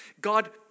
God